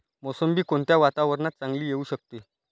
मोसंबी कोणत्या वातावरणात चांगली येऊ शकते?